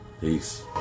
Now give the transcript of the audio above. Peace